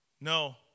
No